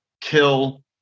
kill